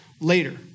later